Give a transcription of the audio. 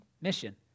mission